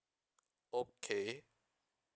okay